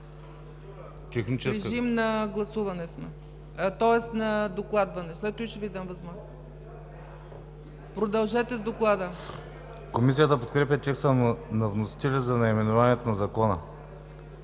Комисията подкрепя текста на вносителя за наименованието на Закона.